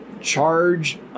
charge